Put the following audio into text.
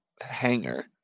hanger